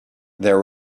there